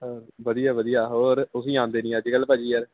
ਹਾਂ ਵਧੀਆ ਵਧੀਆ ਹੋਰ ਤੁਸੀਂ ਆਉਂਦੇ ਨਹੀਂ ਅੱਜ ਕੱਲ੍ਹ ਭਾਅ ਜੀ ਯਾਰ